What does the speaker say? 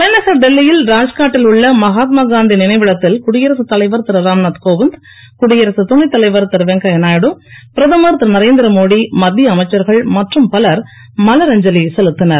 தலைநகர் டெல்லியில் ராத்காட்டில் உள்ள மகாத்மாகாந்தி நினைவிடத்தில் குடியரசு தலைவர் திரு ராம்நாத் கோவிந்த் குடியரசு துணைத் தலைவர் திரு வெங்கையநாயுடு பிரதமர் திரு நரேந்திரமோடி மத்திய அமைச்சர்கள் மற்றும் பலர் மலர் அஞ்சலி செலுத்தினர்